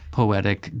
poetic